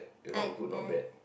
you are not good not bad